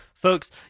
Folks